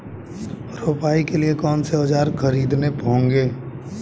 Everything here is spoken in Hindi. रोपाई के लिए कौन से औज़ार खरीदने होंगे?